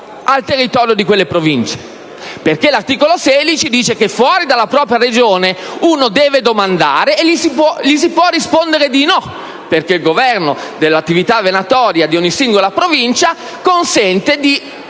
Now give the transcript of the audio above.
al territorio di quelle province. L'articolo 14 dice che, fuori dalla propria regione, uno deve domandare, e gli si può rispondere di no, perché il governo dell'attività venatoria di ogni singola provincia consente di